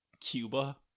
Cuba